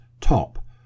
top